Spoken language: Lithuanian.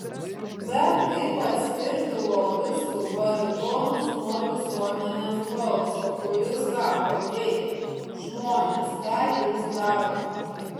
bet kaip atskirti lobistų baritonus nuo visuomenės balso kuris sako ei žmonės ką jūs darote